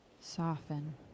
Soften